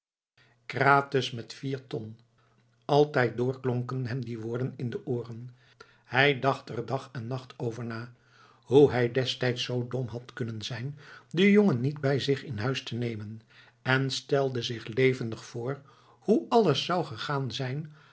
krates met vier ton altijd door klonken hem die woorden in de ooren hij dacht er dag en nacht over na hoe hij destijds zoo dom had kunnen zijn den jongen niet bij zich in huis te nemen en stelde zich levendig voor hoe alles zou gegaan zijn